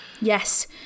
Yes